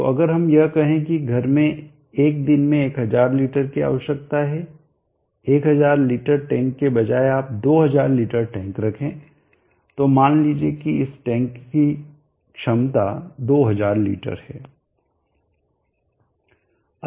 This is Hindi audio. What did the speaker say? तो अगर हम यह कहें कि घर में एक दिन में 1000 लीटर की आवश्यकता है 1000 लिटर टैंक लगाने के बजाय आप 2000 लिटर टैंक रखें तो मान लीजिए कि इस टैंक की क्षमता 2000 लीटर है